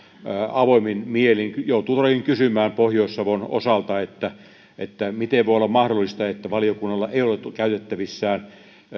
avoimin mielin joutuu todellakin kysymään pohjois savon osalta miten voi olla mahdollista että valiokunnalla ei ole käytettävissään